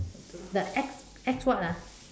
the X X what ah